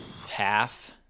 half